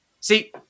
See